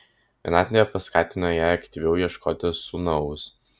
vienatvė paskatino ją aktyviau ieškoti sūnaus